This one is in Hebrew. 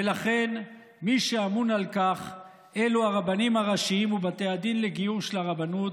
ולכן מי שאמון על כך אלו הרבנים הראשיים ובתי הדין לגיור של הרבנות,